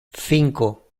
cinco